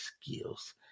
skills